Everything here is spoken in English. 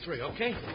okay